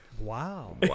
Wow